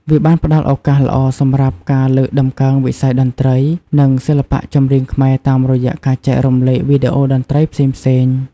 វាបានផ្ដល់ឱកាសល្អសម្រាប់ការលើកតម្កើងវិស័យតន្ត្រី និងសិល្បៈចម្រៀងខ្មែរតាមរយៈការចែករំលែកវីដេអូតន្ត្រីផ្សេងៗ។